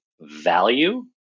value